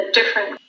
different